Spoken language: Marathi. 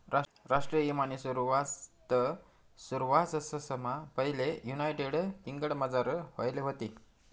राष्ट्रीय ईमानी सुरवात सरवाससममा पैले युनायटेड किंगडमझार व्हयेल व्हती